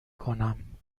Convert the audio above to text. کنم